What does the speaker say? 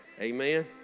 Amen